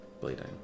bleeding